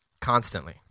constantly